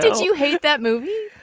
to hate that movie.